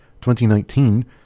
2019